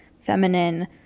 feminine